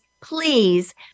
please